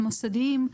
המוסדיים,